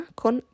con